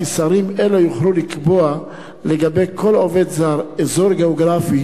כי שרים אלה יוכלו לקבוע לגבי כל עובד זר אזור גיאוגרפי